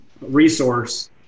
resource